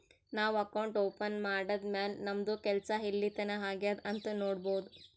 ನಾವು account open ಮಾಡದ್ದ್ ಮ್ಯಾಲ್ ನಮ್ದು ಕೆಲ್ಸಾ ಎಲ್ಲಿತನಾ ಆಗ್ಯಾದ್ ಅಂತ್ ನೊಡ್ಬೋದ್